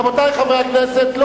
רבותי חברי הכנסת,